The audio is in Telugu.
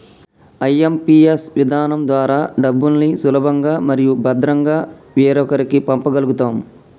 ఐ.ఎం.పీ.ఎస్ విధానం ద్వారా డబ్బుల్ని సులభంగా మరియు భద్రంగా వేరొకరికి పంప గల్గుతం